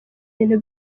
ibintu